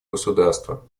государства